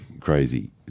crazy